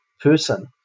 person